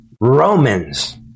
Romans